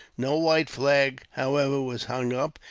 no white flag, however, was hung up,